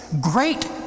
great